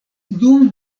dum